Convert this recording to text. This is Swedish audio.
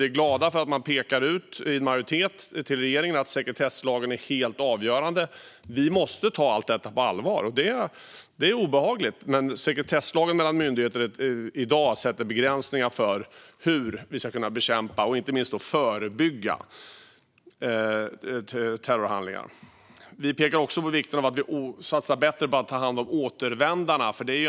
Vi är glada för att en majoritet pekar ut för regeringen att sekretesslagen är helt avgörande. Allt detta måste tas på allvar. Det är obehagligt, men sekretesslagen mellan myndigheter sätter i dag begränsningar för hur man ska kunna bekämpa och inte minst förebygga terrorhandlingar. Vi framhåller också vikten av satsningar på att ta bättre hand om återvändarna.